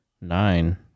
nine